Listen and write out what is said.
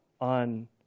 on